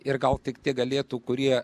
ir gal tik tie galėtų kurie